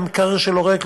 מי שהמקרר שלו ריק,